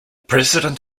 president